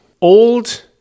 old